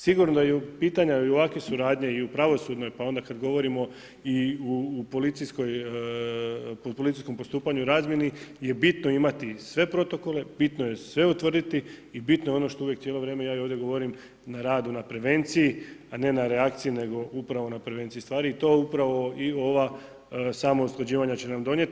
Sigurno da je u pitanju i ovakve su radnje i u pravosudnoj, pa onda kad govorimo i u policijskoj, policijskom postupanju razmjeni je bitno imati sve protokole, bitno je sve utvrditi i bitno je ono što uvijek cijelo ja i ovdje govorim, radu na prevenciji, a ne na reakciji nego upravo na prevenciji stvari i to upravo i ova sama usklađivanja će nam donijeti.